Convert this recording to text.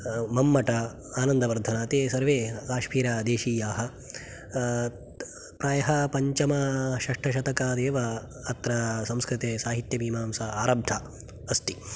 मम्मट आनन्दवर्धन ते सर्वे काश्मीरदेशीयाः प्रायः पञ्चमषष्टशतकादेव अत्र संस्कृते साहित्यमीमांसा आरब्धा अस्ति